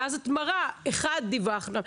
ואז את מראה: ראשית, דיווחנו.